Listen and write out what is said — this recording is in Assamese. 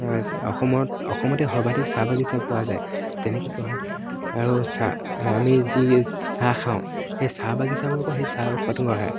হয় আছে অসমত অসমতে সৰ্বাধিক চাহ বাগিচা পোৱা যায় তেনেকৈ কোৱা হয় আৰু চাহ আমি যি চাহ খাওঁ সেই চাহ বাগিচাবোৰৰ পৰাই সেই চাহ উৎপাদন কৰা হয়